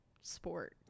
sport